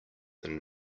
than